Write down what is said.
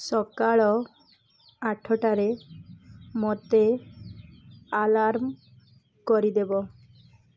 ସକାଳ ଆଠଟାରେ ମୋତେ ଆଲାର୍ମ କରିଦେବ